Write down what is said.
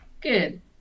Good